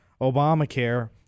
Obamacare